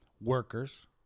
workers